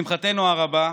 לשמחתנו הרבה,